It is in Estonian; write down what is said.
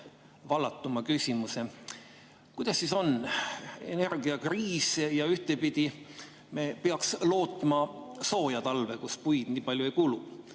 vallatuma küsimuse. Kuidas siis on? [On] energiakriis, ja ühtpidi me peaks lootma sooja talve, kus puid nii palju ei kulu,